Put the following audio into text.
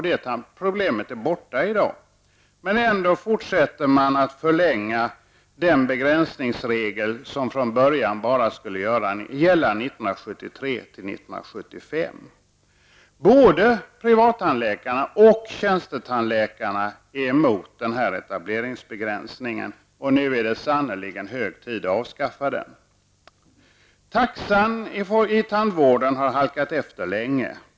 Detta problem finns inte i dag, men ändå fortsätter man att förlänga den begränsningsregel som från början skulle gälla bara 1973--1975. Både privattandläkarna och tjänstetandläkarna motsätter sig etableringsbegränsningar, och nu är det sannerligen hög tid att avskaffa dem. Taxan inom tandläkarvården har länge halkat efter.